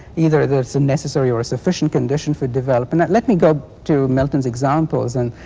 either that it's a necessary or a sufficient condition for development. let me go to milton's examples and,